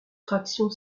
traction